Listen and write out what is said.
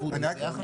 קיבל.